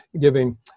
giving